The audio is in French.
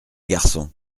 garçon